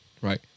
right